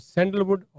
Sandalwood